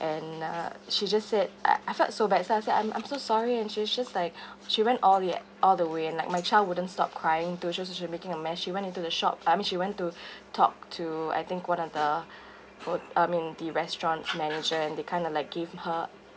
and uh she just said I~ I felt so bad so I say I'm~ I'm so sorry and she's just like she went all yet all the way and like my child wouldn't stop crying though she was just making a mess she went into the shop I mean she went to talk to I think one of the food uh I mean the restaurant manager and they kind of like give her